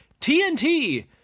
TNT